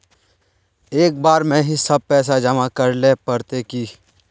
एक बार में ही सब पैसा जमा करले पड़ते की?